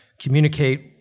communicate